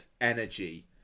energy